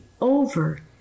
over